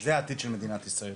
זה העתיד של מדינת ישראל,